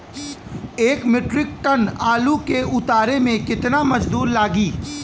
एक metric ton आलू के उतारे मे कितना मजदूर लागि?